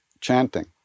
chanting